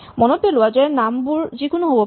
মনত পেলোৱা যে নামবোৰ যিকোনো হ'ব পাৰে